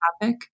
topic